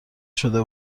شده